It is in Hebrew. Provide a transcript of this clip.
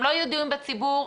הם לא ידועים בציבור,